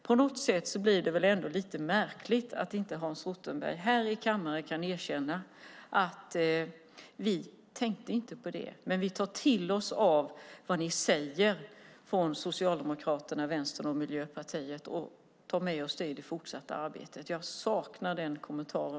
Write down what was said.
På något sätt är det ändå lite märkligt att Hans Rothenberg inte här i kammaren kan erkänna: Vi tänkte inte på det, vi tar till oss vad ni säger från Socialdemokraterna, Vänstern och Miljöpartiet och tar med oss det i det fortsatta arbetet. Jag saknar den kommentaren.